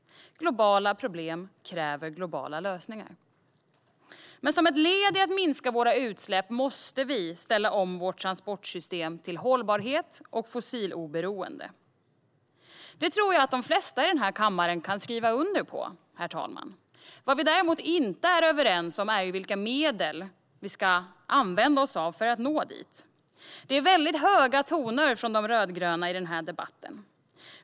Globala problem kräver globala lösningar. Men som ett led i att minska våra utsläpp måste vi ställa om vårt transportsystem till hållbarhet och fossiloberoende. Det tror jag att de flesta i denna kammare kan skriva under på, herr talman. Vad vi däremot inte är överens om är vilka medel vi ska använda oss av för att nå dit. Det är väldigt höga toner från de rödgröna i denna debatt.